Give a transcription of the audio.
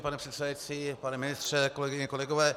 Pane předsedající, pane ministře, kolegyně, kolegové.